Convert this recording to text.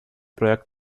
проект